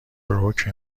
بروک